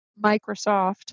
Microsoft